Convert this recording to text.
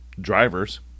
drivers